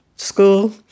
School